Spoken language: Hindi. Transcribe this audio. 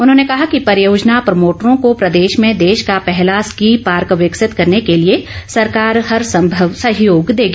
उन्होंने कहा कि परियोजना प्रमोटरों को प्रदेश में देश का पहला स्की पार्क विकसित करने के लिए सरकार हर संभव सहयोग देगी